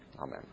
amen